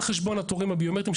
על חשבון התורים הביומטריים,